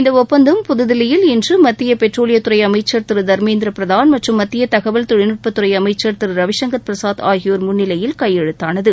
இந்த ஒப்பந்தம் புதுதில்லியில் இன்று மத்திய பெட்ரோலியத்துறை அமைச்சர் திரு தர்மேந்திர பிரதான் மற்றும் மத்திய தகவல் தொழில்நுட்பத்துறை அமைச்சர் திரு ரவி சுங்கர் பிரசாத் ஆகியோர் முன்னிலையில் கையெழுத்தானது